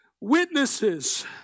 witnesses